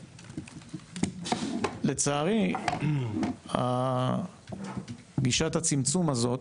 לצערי, גישת הצמצום הזאת